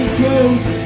close